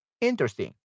Interesting